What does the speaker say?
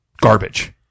garbage